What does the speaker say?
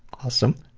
awesome.